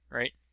right